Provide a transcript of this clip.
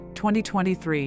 2023